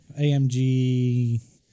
AMG